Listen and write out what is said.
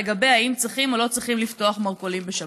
לגבי האם צריכים או לא צריכים לפתוח מרכולים בשבת.